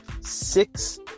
six